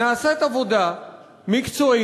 נעשית עבודה מקצועית,